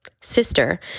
Sister